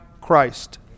Christ